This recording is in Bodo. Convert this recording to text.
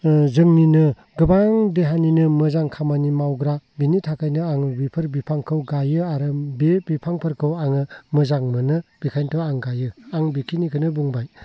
जोंनिनो गोबां देहानिनो मोजां खामानि मावग्रा बेनि थाखायनो आङो बेफोर बिफांखौ गायनानै लायो आरो बे बिफांफोरखौ आङो मोजां मोनो बेखायनोथ' आं गायो आं बेखिनिखोनो बुंबाय